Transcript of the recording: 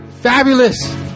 fabulous